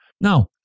Now